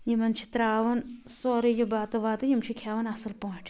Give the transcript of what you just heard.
یِمن چھِ ترٛاوان سورٕے یہِ بتہٕ وتہٕ یِم چھِ کھیٚوان اصٕل پٲٹھۍ